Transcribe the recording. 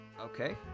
Okay